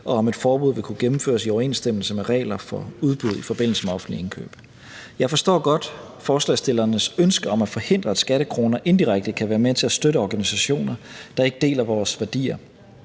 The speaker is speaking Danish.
og om et forbud ville kunne gennemføres i overensstemmelse med regler for udbud i forbindelse med offentlige indkøb. Jeg forstår godt forslagsstillernes ønske om at forhindre, at skattekroner indirekte kan være med til at støtte organisationer, der ikke deler vores værdier.